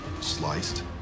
sliced